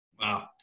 wow